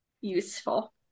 useful